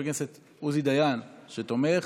שתומך, חבר הכנסת עוזי דיין, שתומך,